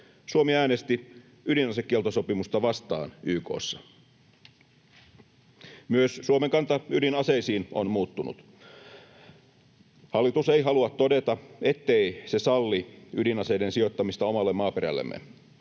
Suomi äänesti ydinasekieltosopimusta vastaan YK:ssa. Myös Suomen kanta ydinaseisiin on muuttunut. Hallitus ei halua todeta, ettei se salli ydinaseiden sijoittamista omalle maaperällemme,